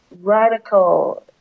radical